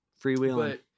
Freewheeling